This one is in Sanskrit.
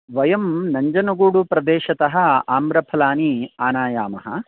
वयं नञ्जनगुडुप्रदेशत आम्रफलानि आनयाम